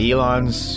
Elon's